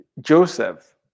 Joseph